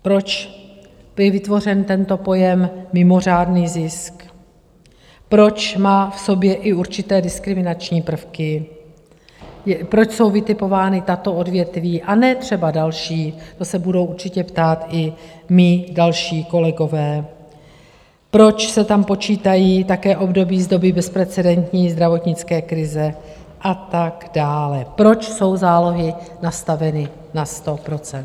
Proč byl vytvořen tento pojem mimořádný zisk, proč má v sobě i určité diskriminační prvky, proč jsou vytipována tato odvětví, a ne třeba další, to se budou určitě ptát i moji další kolegové, proč se tam počítají také období z doby bezprecedentní zdravotnické krize a tak dále, proč jsou zálohy nastaveny na 100 %.